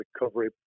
recovery